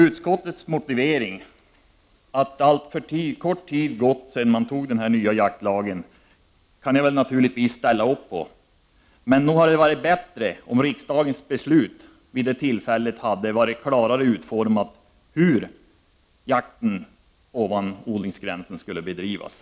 Utskottets motivering, att alltför kort tid gått sedan den nya jaktlagen antogs, kan jag naturligtvis ställa upp på, men nog hade det varit bättre om riksdagens beslut varit klarare utformat i fråga om hur jakten ovan odlingsgränsen skulle bedrivas.